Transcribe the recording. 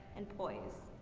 and poise.